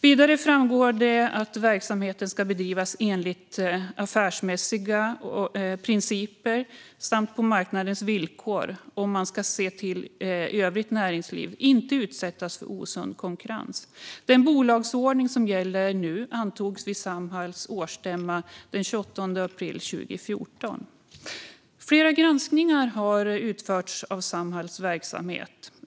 Vidare framgår det att verksamheten ska bedrivas enligt affärsmässiga principer och på marknadens villkor, och man ska se till att övrigt näringsliv inte utsätts för osund konkurrens. Den bolagsordning som gäller nu antogs vid Samhalls årsstämma den 28 april 2014. Flera granskningar av Samhalls verksamhet har gjorts.